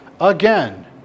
again